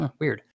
Weird